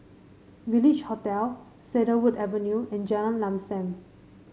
Village Hotel Cedarwood Avenue and Jalan Lam Sam